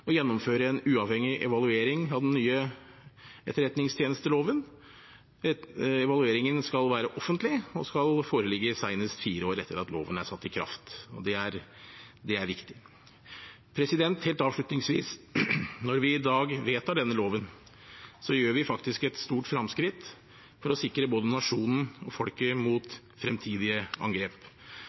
å gjennomføre en uavhengig evaluering av den nye etterretningstjenesteloven. Evalueringen skal være offentlig og foreligge senest fire år etter at loven er satt i kraft. Det er viktig. Helt avslutningsvis: Når vi i dag vedtar denne loven, gjør vi et stort fremskritt for å sikre både nasjonen og folket mot fremtidige angrep.